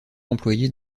employée